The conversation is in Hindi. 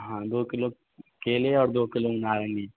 हाँ दो किलो केले और दो किलो नारंगी